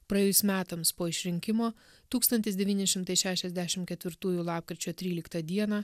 praėjus metams po išrinkimo tūkstantis devyni šimtai šešiasdešimt ketvirtųjų lapkričio tryliktą dieną